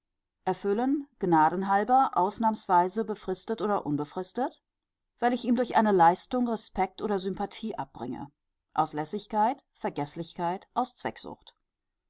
erfüllen gnadenhalber ausnahmsweise befristet oder unbefristet weil ich ihm durch eine leistung respekt oder sympathie abringe aus lässigkeit vergeßlichkeit aus